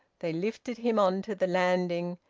they lifted him on to the landing,